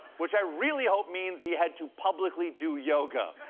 which i really hope means he had to publicly do yoga.